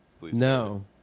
No